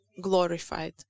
glorified